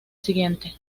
siguiente